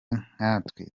nkatwe